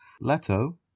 Leto